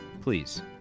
Please